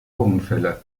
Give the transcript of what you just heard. unfälle